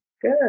Good